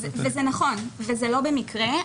זה נכון, וזה לא במקרה.